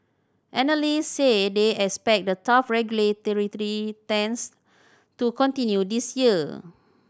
analysts say they expect the tough regulatory stance to continue this year